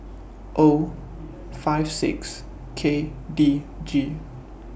O five six K D G